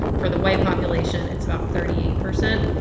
for the white population, it's about thirty eight percent.